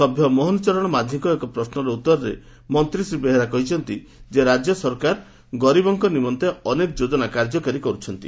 ସଭ୍ୟ ମୋହନ ଚରଣ ମାଝୀଙ୍କ ଏକ ପ୍ରଶ୍ୱର ଉତରରେ ମନ୍ତୀ ଶ୍ରୀ ବେହେରା କହିଛନ୍ତି ଯେ ରାଜ୍ୟ ସରକାର ଗରୀବଙ୍କ ନିମନ୍ତେ ଅନେକ ଯୋଜନା କାର୍ଯ୍ୟକାରୀ କର୍ବଛନ୍ତି